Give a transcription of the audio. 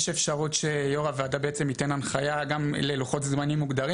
יש אפשרות שיו"ר הוועדה בעצם ייתן הנחיה גם ללוחות זמנים מוגדרים?